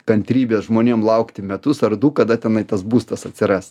kantrybės žmonėm laukti metus ar du kada tenai tas būstas atsiras